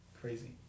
Crazy